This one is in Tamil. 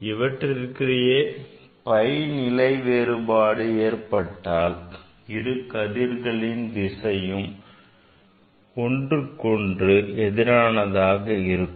இவற்றிற்கிடையே pi நிலை வேறுபாடு ஏற்பட்டால் இரு கதிர்களின் திசையும் ஒன்றுக்கொன்று எதிரானதாக இருக்கும்